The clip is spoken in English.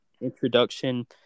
introduction